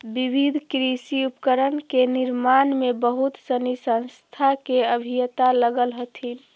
विविध कृषि उपकरण के निर्माण में बहुत सनी संस्था के अभियंता लगल हथिन